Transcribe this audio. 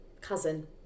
cousin